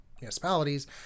municipalities